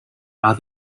are